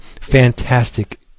Fantastic